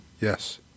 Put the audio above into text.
yes